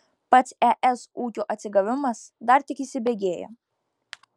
pats es ūkio atsigavimas dar tik įsibėgėja